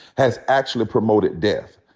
has actually promoted death.